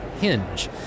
hinge